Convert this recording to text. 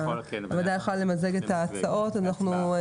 כן, הוועדה יכולה למזג את ההצעות בהצבעה.